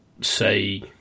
say